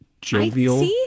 jovial